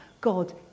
God